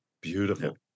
beautiful